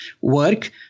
Work